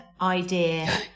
idea